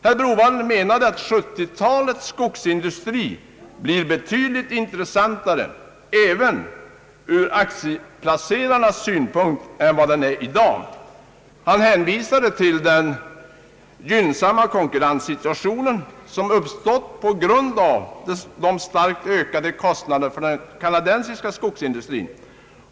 Herr Browaldh menade att 1970-talets skogsindustri blir betydligt intressantare även för aktieplacerarna än vad den är i dag. Han hänvisade till den gynnsamma konkurrenssituation som uppstått på grund av de starkt ökade kostnaderna för den kanadensiska skogsindustrin.